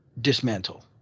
dismantle